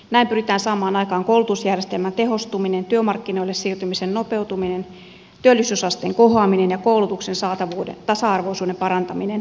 näin pyritään saamaan aikaan koulutusjärjestelmän tehostuminen työmarkkinoille siirtymisen nopetuminen työllisyysasteen kohoaminen ja koulutuksen saatavuuden ja tasa arvoisuuden parantaminen